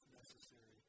necessary